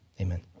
amen